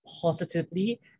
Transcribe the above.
positively